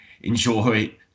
enjoy